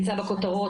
ממש לאחרונה,